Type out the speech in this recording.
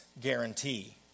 guarantee